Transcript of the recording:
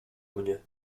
mnie